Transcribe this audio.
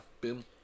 Boom